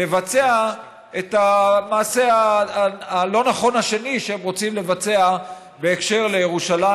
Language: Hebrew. לבצע את המעשה הלא-נכון השני שהם רוצים לבצע בהקשר לירושלים,